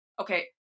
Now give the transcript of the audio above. okay